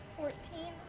fourteen.